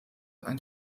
ein